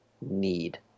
need